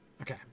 Okay